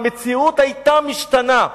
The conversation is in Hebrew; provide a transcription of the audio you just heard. המציאות היתה משתנה.